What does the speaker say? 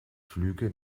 flüge